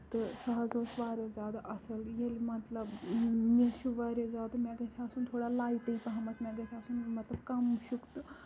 تہٕ سُہ حظ اوس واریاہ زیادٕ اَصٕل ییٚلہِ مطلب مےٚ چھُ واریاہ زیادٕ مےٚ گژھِ آسُن تھوڑا لایٹٕے پَہمَتھ مےٚ گژھِ آسُن مطلب کَم مُشُک تہٕ